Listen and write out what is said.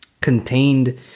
contained